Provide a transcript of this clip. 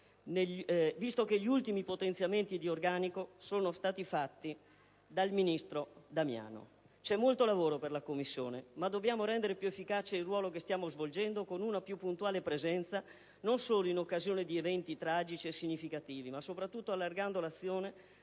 visto che gli ultimi potenziamenti di organico sono stati quelli fatti dal ministro Damiano. C'è molto lavoro per la Commissione, ma dobbiamo rendere più efficace il ruolo che stiamo svolgendo con una più puntuale presenza, non solo in occasione di eventi tragici e significativi, ma soprattutto allargando l'azione